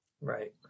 Right